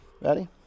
Ready